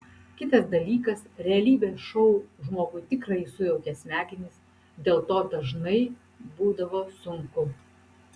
kitas dalykas realybės šou žmogui tikrai sujaukia smegenis dėl to dažnai būdavo sunku